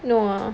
no ah